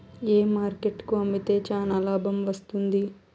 ఏ market కు అమ్మితే చానా లాభం వస్తుంది?